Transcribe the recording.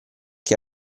che